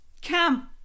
cam